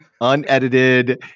unedited